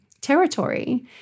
territory